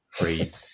breathe